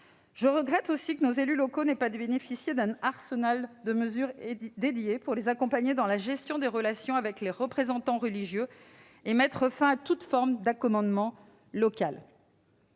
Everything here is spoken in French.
Je regrette aussi que nos élus locaux n'aient pas bénéficié d'un arsenal de mesures dédiées pour les accompagner dans la gestion des relations avec les représentants religieux et mettre fin à toute forme d'accommodement local.